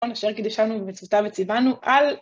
בוא קידשנו במצוותיו וציווהו על